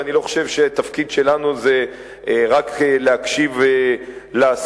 ואני לא חושב שהתפקיד שלנו זה רק להקשיב לסקרים.